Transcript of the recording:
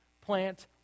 plant